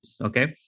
okay